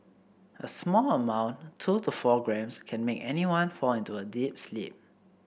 a small amount two to four grams can make anyone fall into a deep sleep